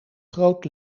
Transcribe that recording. groot